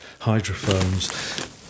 hydrophones